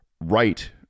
right